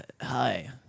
hi